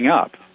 up